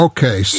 Okay